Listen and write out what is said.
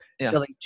selling